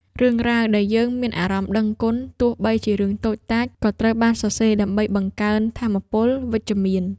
រឿងរ៉ាវដែលយើងមានអារម្មណ៍ដឹងគុណ ទោះបីជារឿងតូចតាច ក៏ត្រូវបានសរសេរដើម្បីបង្កើនថាមពលវិជ្ជមាន។